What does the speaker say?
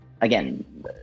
again